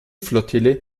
flottille